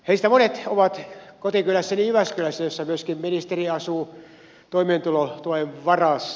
heistä monet ovat kotikylässäni jyväskylässä jossa myöskin ministeri asuu toimeentulotuen varassa